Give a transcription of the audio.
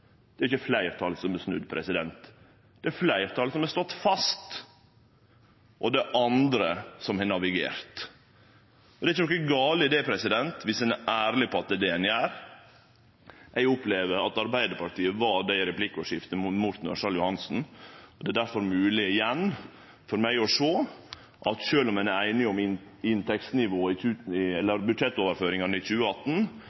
Det er fleirtalet som har stått fast, og det er andre som har navigert. Det er ikkje noko gale i det, om ein er ærleg på at det er det ein gjer. Eg opplever at Arbeidarpartiet var det i replikkordskiftet etter Morten Ørsal Johansen. Det er difor igjen mogleg for meg å sjå at sjølv om ein er einig om budsjettoverføringane i